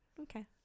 Okay